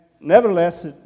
nevertheless